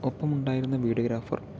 ഒപ്പം ഉണ്ടായിരുന്ന വീഡിയോഗ്രാഫർ